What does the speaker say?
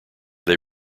they